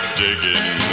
digging